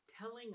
telling